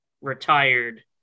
retired